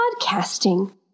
podcasting